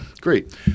great